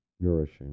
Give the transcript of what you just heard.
nourishing